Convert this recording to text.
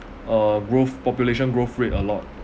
uh growth population growth rate a lot